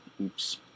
Oops